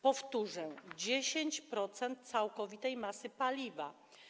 Powtórzę: 10% całkowitej masy paliwa.